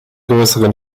größeren